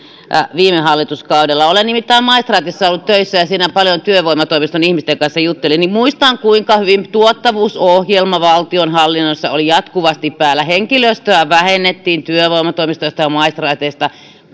viime hallituskaudella olen nimittäin maistraatissa ollut töissä ja silloin paljon työvoimatoimiston ihmisten kanssa juttelin ja muistan kuinka tuottavuusohjelma valtionhallinnossa oli jatkuvasti päällä henkilöstöä vähennettiin työvoimatoimistoista ja maistraateista